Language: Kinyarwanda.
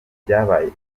ibyabaye